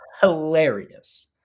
hilarious